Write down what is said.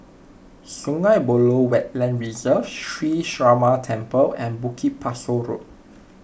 Sungei Buloh Wetland Reserve Sree Ramar Temple and Bukit Pasoh Road